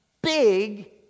big